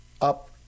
up